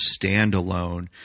standalone